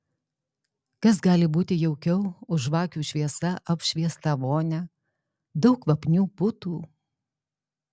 kas gali būti jaukiau už žvakių šviesa apšviestą vonią daug kvapnių putų